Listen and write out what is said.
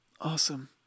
Awesome